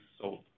sold